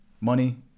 money